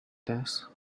test